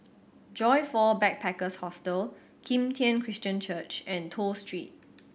Joyfor Backpackers' Hostel Kim Tian Christian Church and Toh Street